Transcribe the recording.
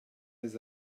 les